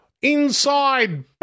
Inside